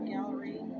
Gallery